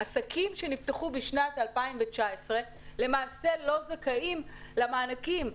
עסקים שנפתחו בשנת 2019 לא זכאים למענקים.